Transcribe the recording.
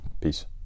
Peace